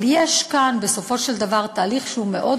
אבל יש כאן בסופו של דבר תהליך שהוא מאוד